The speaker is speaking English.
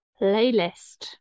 playlist